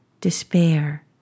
despair